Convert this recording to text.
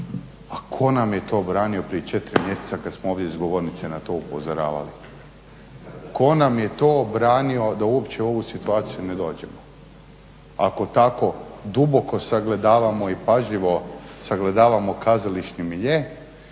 A tko nam je to branio prije 4 mjeseca kad smo ovdje iz govornice na to upozoravali? Tko nam je to branio da uopće ovu situaciju ne dođemo, ako tako duboko sagledavamo i pažljivo sagledavamo kazališni milje.